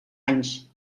anys